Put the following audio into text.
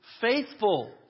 faithful